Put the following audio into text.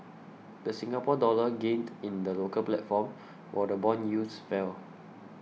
the Singapore Dollar gained in the local platform while bond yields fell